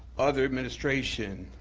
other administration,